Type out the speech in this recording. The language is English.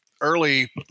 early